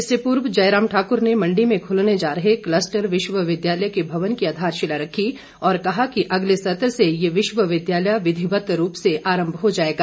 इससे पूर्व जयराम ठाकूर ने मंडी में खुलने जा रहे कलस्टर विश्वविद्यालय के भवन की आधारशिला रखी और कहा कि अगले सत्र से ये विश्वविद्यालय विधिवत रूप से आरम्म हो जाएगा